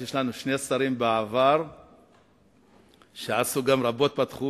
יש לנו שני שרים לשעבר שעשו רבות בתחום.